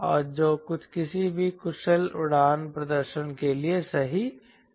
और जो किसी भी कुशल उड़ान प्रदर्शन के लिए सही नहीं है